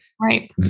Right